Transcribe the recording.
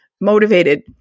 motivated